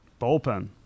Bullpen